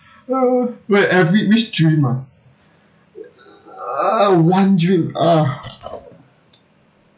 wait every which dream ah one dream ah